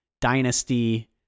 Dynasty